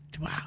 Wow